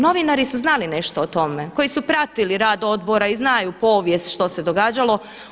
Novinari su znali nešto o tome, koji su pratili rad odbora i znaju povijest što se događalo.